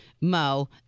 Mo